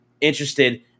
interested